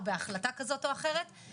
או בהחלטה כזאת או אחרת,